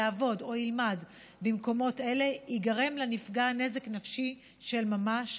יעבוד או ילמד במקומות אלה ייגרם לנפגע נזק נפשי של ממש,